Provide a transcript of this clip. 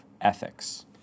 ethics